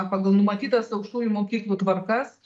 pagal numatytas aukštųjų mokyklų tvarkas